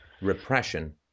repression